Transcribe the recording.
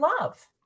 love